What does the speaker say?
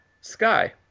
Sky